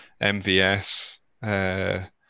MVS